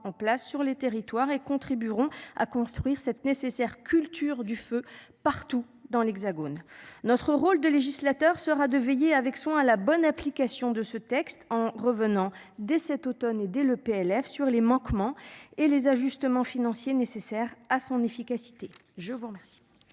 en place sur les territoires et contribueront à construire cette nécessaire culture du feu partout dans l'Hexagone. Notre rôle de législateurs sera de veiller avec soin à la bonne application de ce texte en revenant dès cet Automne et dès le PLF sur les manquements et les ajustements financiers nécessaires à son efficacité. Je vous remercie.